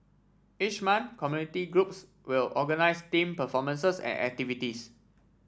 each month community groups will organise themed performances and activities